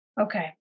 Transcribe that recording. Okay